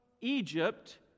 Egypt